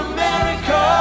America